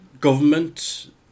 government